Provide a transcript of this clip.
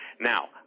Now